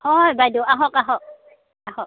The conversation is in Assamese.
হয় বাইদেউ আহক আহক আহক